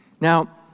Now